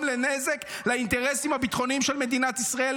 לנזק לאינטרסים הביטחוניים של מדינת ישראל,